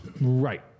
right